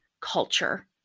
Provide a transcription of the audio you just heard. culture